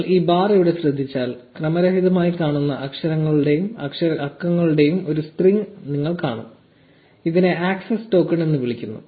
നിങ്ങൾ ഈ ബാർ ഇവിടെ ശ്രദ്ധിച്ചാൽ ക്രമരഹിതമായി കാണുന്ന അക്ഷരങ്ങളുടെയും അക്കങ്ങളുടെയും ഒരു സ്ട്രിംഗ് നിങ്ങൾ കാണും ഇതിനെ ആക്സസ് ടോക്കൺ എന്ന് വിളിക്കുന്നു